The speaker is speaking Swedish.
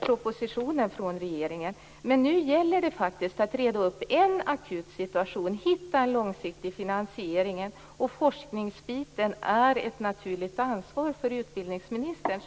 propositioner från regeringen. Men nu gäller det faktiskt att reda upp en akut situation, att hitta en långsiktig finansiering. Forskningsdelen är ett naturligt ansvar för utbildningsministern.